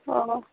অ